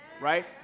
Right